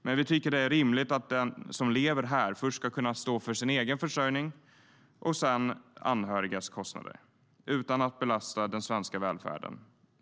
Men vi tycker att det är rimligt att den som lever här först ska kunna stå för sin egen försörjning och sedan anhörigas kostnader utan att belasta den svenska välfärden.